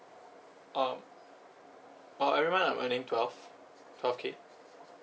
um uh every month I'm earning twelve twelve K